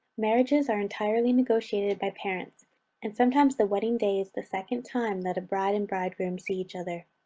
marriages are entirely negotiated by parents and sometimes the wedding day is the second time that a bride and bridegroom see each other.